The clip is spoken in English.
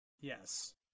yes